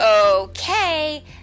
okay